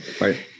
Right